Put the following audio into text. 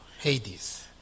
Hades